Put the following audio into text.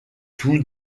tout